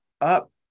up